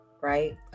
right